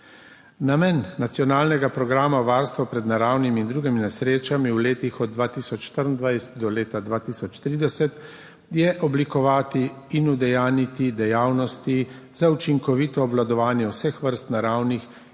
Namen nacionalnega programa varstva pred naravnimi in drugimi nesrečami v letih od 2024 do 2030 je oblikovati in udejanjiti dejavnosti za učinkovito obvladovanje vseh vrst naravnih